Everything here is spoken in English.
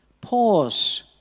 Pause